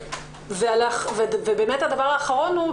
הדבר האחרון.